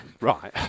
right